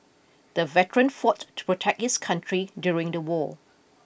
the veteran fought to protect his country during the war